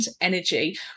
energy